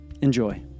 Enjoy